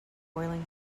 boiling